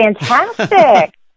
Fantastic